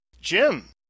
Jim